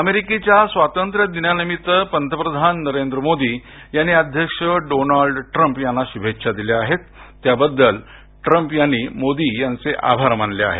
अमेरिकेच्या स्वातंत्र्य दिनानिमित्त पंतप्रधान नरेंद्र मोदी यांनी अध्यक्ष डोनाल्ड ट्रम्प यांना शुभेच्छा दिल्या आहेत त्याबद्दल ट्रम्प यांनी मोदी यांचे आभार मानले आहेत